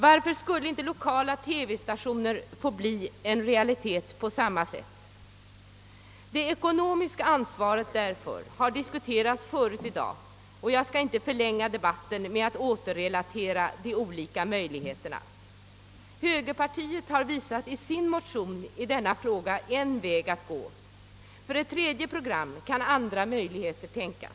Varför skulle inte lokala TV-stationer på samma sätt kunna få bli en realitet? Det ekonomiska ansvaret därför har diskuterats tidigare i dag, och jag skall inte förlänga debatten med att åter relatera de olika möjligheterna. Högerpartiet har i sin motion i denna fråga anvisat en väg att gå. För ett tredje program kan andra möjligheter tänkas.